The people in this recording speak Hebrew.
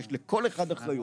יש לכל אחד אחריות,